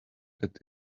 that